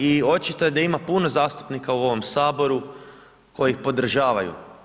I očito je da ima puno zastupnika u ovom saboru koji ih podržavaju.